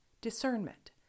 discernment